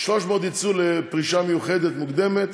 300 ייצאו לפרישה מיוחדת, מוקדמת,